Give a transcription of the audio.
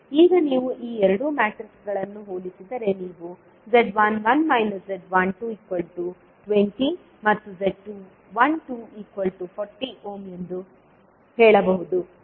ಈಗ ನೀವು ಈ ಎರಡು ಸರ್ಕ್ಯೂಟ್ಗಳನ್ನು ಹೋಲಿಸಿದರೆ ನೀವು z11 z12 20 ಮತ್ತು z12 40ಎಂದು ಹೇಳಬಹುದು